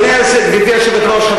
גברתי היושבת-ראש,